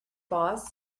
boss